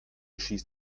schießt